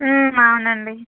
అవునండి